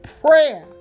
Prayer